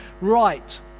right